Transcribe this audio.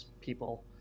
people